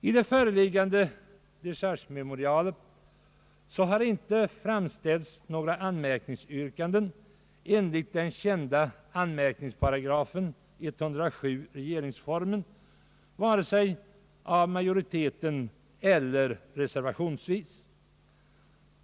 I det föreliggande dechargememorialet har inte framställts några anmärkningsyrkanden enligt den kända § 107 regeringsformen, vare sig av majoriteten eller reservationsvis.